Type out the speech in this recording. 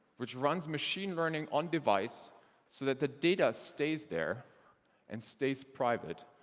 which runs machine learning on-device so that the data stays there and stays private,